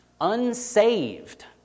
unsaved